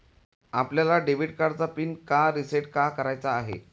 आपल्याला डेबिट कार्डचा पिन का रिसेट का करायचा आहे?